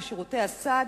לשירותי הסעד,